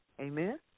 Amen